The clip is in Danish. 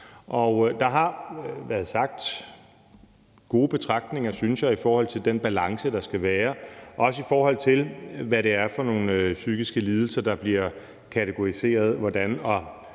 Der har været gode betragtninger, synes jeg, i forhold til den balance, der skal være, også i forhold til hvad det er for nogle psykiske lidelser, der bliver kategoriseret på hvilken måde.